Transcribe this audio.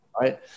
right